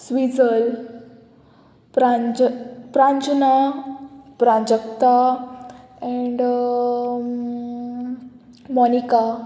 स्विझल प्राज Pranjana Prajakta and Monica